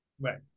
Right